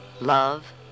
love